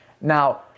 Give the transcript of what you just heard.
now